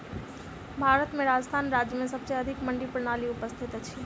भारत में राजस्थान राज्य में सबसे अधिक मंडी प्रणाली उपस्थित अछि